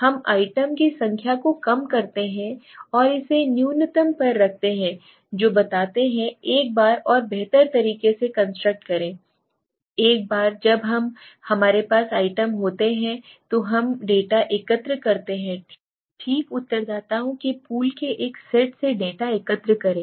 हम आइटम की संख्या को कम करते हैं और इसे न्यूनतम पर रखते हैं जो बताते हैं एक बार और बेहतर तरीके से कंस्ट्रक्ट करें एक बार जब हम हमारे पास आइटम होते हैं तो हम डेटा एकत्र करते हैं ठीक उत्तरदाताओं के पूल के एक सेट से डेटा एकत्र करें